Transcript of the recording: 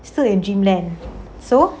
still in dreamland so